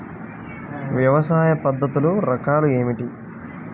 వ్యవసాయ పద్ధతులు రకాలు ఏమిటి?